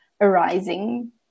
arising